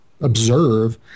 observe